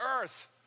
Earth